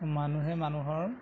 মানুহে মানুহৰ